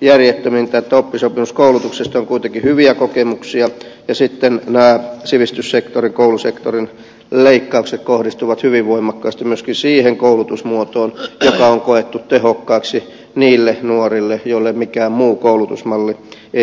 järjettömintä kun oppisopimuskoulutuksesta on kuitenkin hyviä kokemuksia ja sitten nämä sivistyssektorin koulusektorin leikkaukset kohdistuvat hyvin voimakkaasti myöskin siihen koulutusmuotoon joka on koettu tehokkaaksi niille nuorille joille mikään muu koulutusmalli ei käy